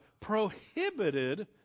prohibited